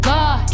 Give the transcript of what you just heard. God